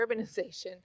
urbanization